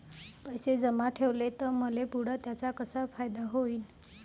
पैसे जमा ठेवले त मले पुढं त्याचा कसा फायदा होईन?